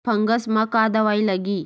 Fungus म का दवाई लगी?